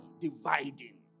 dividing